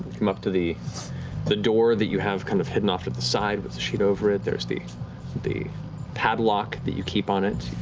come up to the the door that you have kind of hidden off to the side with the sheet over it. there's the the padlock that you keep on it.